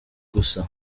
gusa